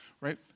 right